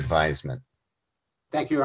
advisement thank you